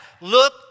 Look